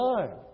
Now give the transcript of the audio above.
time